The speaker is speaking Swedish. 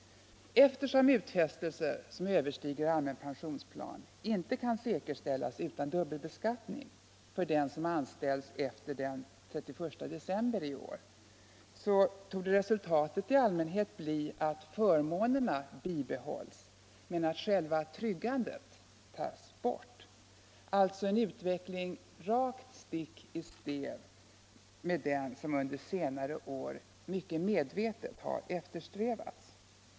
Eftersom utfästelser som överstiger allmän pensionsplan inte kan säkerställas utan dubbelbeskattning för den som anställts efter den 31 december i år, torde resultatet i allmänhet bli att förmånerna bibehålls men att själva tryggandet tas bort, alltså en utveckling stick i stäv mot den som under senare år mycket medvetet har eftersträvats.